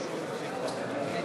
המליאה.)